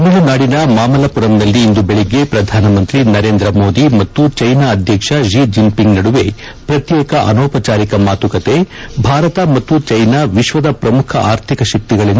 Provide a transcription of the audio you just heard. ತಮಿಳುನಾಡಿನ ಮಾಮಲ್ಲಮರಂನಲ್ಲಿ ಇಂದು ಬೆಳಗ್ಗೆ ಪ್ರಧಾನಮಂತ್ರಿ ನರೇಂದ್ರಮೋದಿ ಮತ್ತು ಚೀನಾ ಅಧ್ಯಕ್ಷ ಶಿ ಜಿನ್ಪಿಂಗ್ ನಡುವೆ ಪ್ರಕ್ಷೇಕ ಅನೌಪಚಾರಿಕ ಮಾತುಕತೆ ಭಾರತ ಮತ್ತು ಚೀನಾ ವಿಶ್ವದ ಪ್ರಮುಖ ಆರ್ಥಿಕ ಶಕ್ತಿಗಳೆಂದು ಪ್ರಧಾನಿ ಮೋದಿ ಬಣ್ಣನೆ